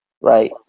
Right